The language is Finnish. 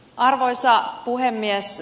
arvoisa puhemies